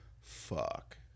fuck